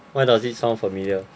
why does it sound familiar